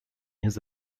his